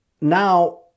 Now